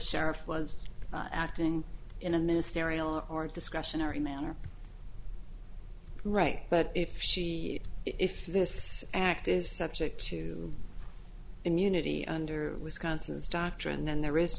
sheriff was acting in a ministerial or discretionary manner right but if she if this act is subject to immunity under wisconsin's doctrine then there is